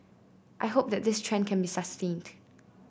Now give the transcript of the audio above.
I hope that this trend can be sustained